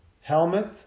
helmet